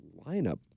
lineup